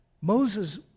Moses